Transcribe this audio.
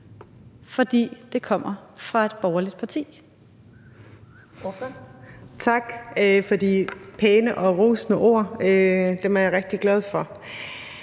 fordi det kommer fra et borgerligt parti.